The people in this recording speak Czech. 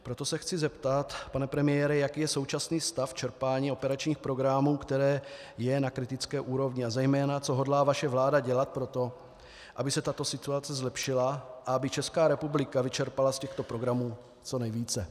Proto se chci zeptat, pane premiére, jaký je současný stav čerpání operačních programů, který je na kritické úrovni, a zejména co hodlá vaše vláda dělat pro to, aby se tato situace zlepšila a aby Česká republika vyčerpala z těchto programů co nejvíce.